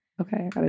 Okay